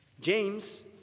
James